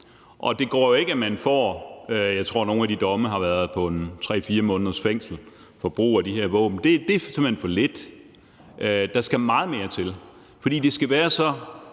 Og det går jo ikke, at man får en dom på, jeg tror, nogle har været på 3-4 måneders fængsel for brug af de her våben. Det er simpelt hen for lidt; der skal meget mere til. For det, man bliver